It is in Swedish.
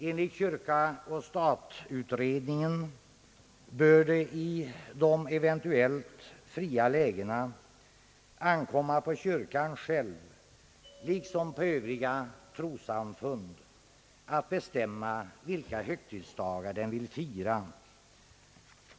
Enligt kyrka—stat-utredningen bör det i de eventuellt fria lägena ankomma på kyrkan själv liksom på övriga trossamfund att bestämma vilka högtidsdagar den vill fira.